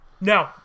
No